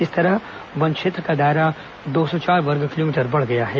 इस तरह वन क्षेत्र का दायरा दो सौ चार वर्ग किलोमीटर बढ़ गया है